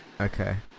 Okay